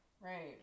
right